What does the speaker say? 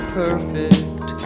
perfect